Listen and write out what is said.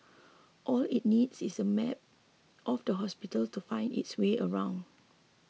all it needs is a map of the hospital to find its way around